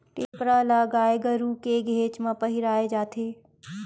टेपरा ल गाय गरु के घेंच म पहिराय जाथे